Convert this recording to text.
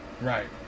right